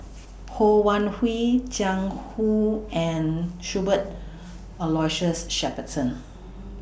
Ho Wan Hui Jiang Hu and Cuthbert Aloysius Shepherdson